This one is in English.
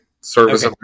Service